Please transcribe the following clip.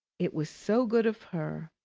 it was so good of her,